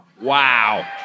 Wow